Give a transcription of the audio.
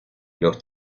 los